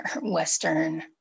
Western